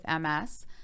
MS